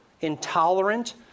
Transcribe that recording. intolerant